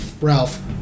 Ralph